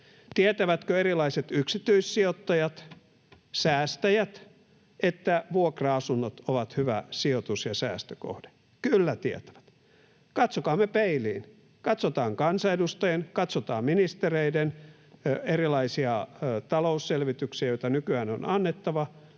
Tietävätkö erilaiset yksityissijoittajat ja säästäjät, että vuokra-asunnot ovat hyvä sijoitus- ja säästökohde? Kyllä tietävät. Katsokaamme peiliin. Katsotaan kansanedustajien, katsotaan ministereiden erilaisia talousselvityksiä, joita nykyään on annettava: